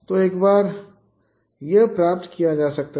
तो एक बार यह प्राप्त किया जाता है